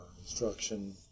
instruction